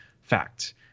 fact